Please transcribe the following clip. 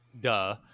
duh